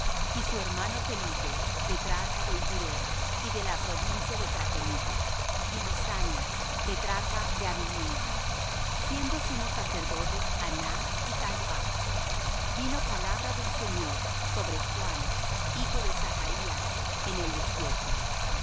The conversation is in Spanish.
y su hermano felipe tetrarca de iturea y de la provincia de traconite y lisanias tetrarca de abilinia siendo sumos sacerdotes anás y caifás vino palabra del señor sobre juan hijo de zacarías en el desierto